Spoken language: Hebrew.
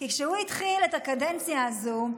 כי כשהוא התחיל את הקדנציה הזו,